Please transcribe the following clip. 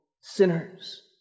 sinners